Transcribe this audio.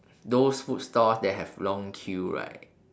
those food stores that have long queue right